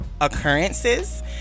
occurrences